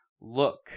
LOOK